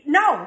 no